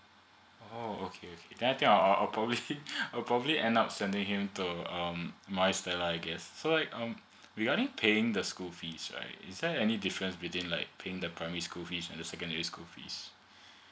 oh okay okay then I think I'll I'll probably I'll probably end up sending him to um maris stella I guess so like um regarding paying the school fees right is there any difference between like paying the primary school fees and the secondary school fees